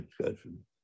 discussion